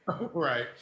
Right